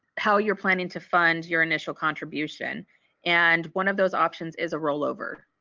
how you're planning to fund your initial contribution and one of those options is a rollover.